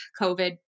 COVID